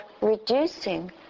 reducing